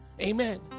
Amen